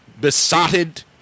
besotted